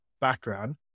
background